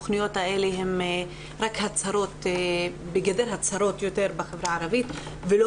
התוכניות האלה הן רק בגדר הצהרות יותר בחברה הערבית ולא